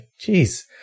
Jeez